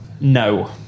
no